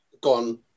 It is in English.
gone